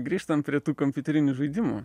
grįžtam prie tų kompiuterinių žaidimų